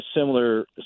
similar